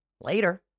later